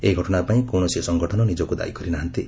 ଏହି ଘଟଣା ପାଇଁ କୌଣସି ସଂଗଠନ ନିଜକୁ ଦାୟୀ କରିନାହାନ୍ତି